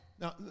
Now